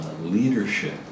leadership